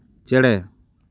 ᱪᱮᱬᱮ